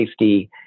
safety